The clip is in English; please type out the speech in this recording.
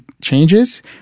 changes